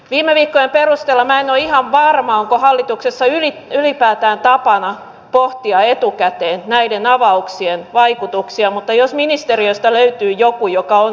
viime viikkojen perusteella näin aina varma onko hallituksessa eli ylipäätään tapana pohtia etukäteen näiden avauksien vaikutuksia mutta jos ministeriöstä löytyy joku joka on